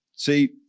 See